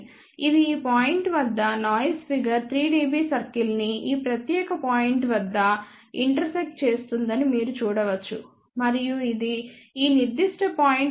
9 ఇది ఈ పాయింట్ వద్ద నాయిస్ ఫిగర్ 3 dB సర్కిల్ని ఈ ప్రత్యేక పాయింట్ వద్ద ఇంటర్సెక్ట్ చేస్తుందని మీరు చూడవచ్చు మరియు ఇది ఈ నిర్దిష్ట పాయింట్ వద్ద 2